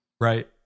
Right